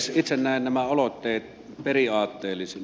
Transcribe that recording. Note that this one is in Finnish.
itse näen nämä aloitteet periaatteellisina